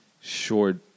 short